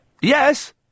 Yes